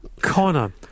Connor